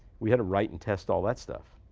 we had to write and test all that stuff.